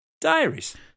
Diaries